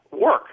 work